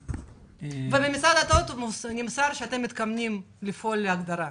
ממשרד הדתות נמסר שאתם מתכוונים לפעול להגדרה.